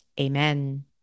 Amen